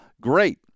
great